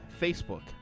Facebook